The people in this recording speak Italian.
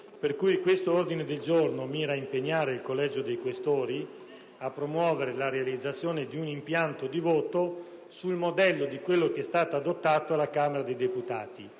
Pertanto, l'ordine del giorno in esame mira a impegnare il Collegio dei Questori a promuovere la realizzazione di un impianto di voto sul modello di quello che è stato adottato alla Camera dei deputati,